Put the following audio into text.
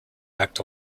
act